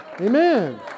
amen